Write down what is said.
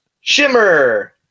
Shimmer